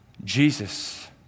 Jesus